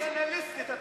גישה פטרנליסטית.